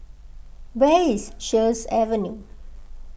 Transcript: where is Sheares Avenue